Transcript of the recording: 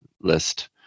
list